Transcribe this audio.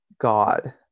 God